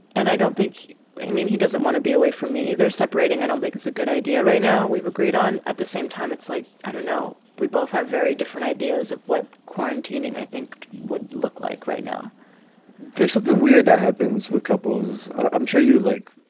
and i don't think i mean, he doesn't want to be away from me either. separating. i don't think it's a good idea right now. we've agreed on at the same time, it's like, i don't know, we both have very different ideas of what quarantining i think would look like right now there's something weird that happens with couples. i'm sure you like